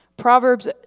Proverbs